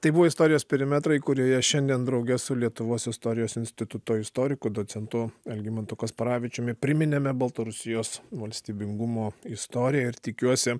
tai buvo istorijos perimetrai kurioje šiandien drauge su lietuvos istorijos instituto istoriku docentu algimantu kasparavičiumi priminėme baltarusijos valstybingumo istoriją ir tikiuosi